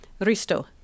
Risto